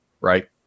right